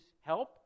help